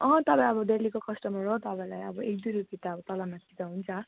अँ तर अब डेलीको कस्टमर हो तपाईँलाई अब एक दुई रुपियाँ त अब तल माथि त हुन्छ